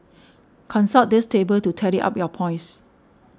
consult this table to tally up your points